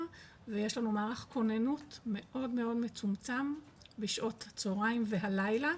ויש לנו מערך כוננות מאוד מצומצם בשעות הצהרים והלילה,